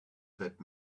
that